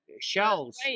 shells